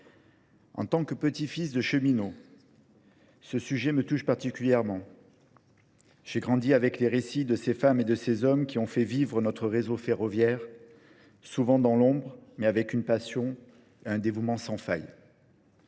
En tant que petit-fils de cheminots, Ce sujet me touche particulièrement. J'ai grandi avec les récits de ces femmes et de ces hommes qui ont fait vivre notre réseau ferroviaire, souvent dans l'ombre, mais avec une passion et un dévouement sans faille.